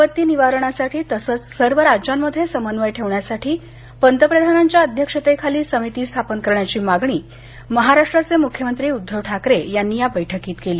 आपत्ती निवारणासाठी तसंच सर्व राज्यांमध्ये समन्वय ठेवण्यासाठी पंतप्रधानांच्या अध्यक्षतेखाली समिती स्थापन करण्याची मागणी महाराष्ट्राचे मुख्यमंत्री उद्धव ठाकरे यांनी या बैठकीत केली